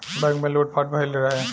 bank में लूट पाट भईल रहे